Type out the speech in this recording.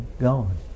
gone